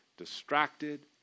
distracted